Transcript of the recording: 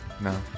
No